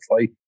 fight